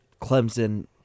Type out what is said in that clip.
Clemson